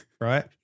right